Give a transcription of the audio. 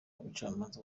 ubucamanza